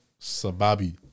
Sababi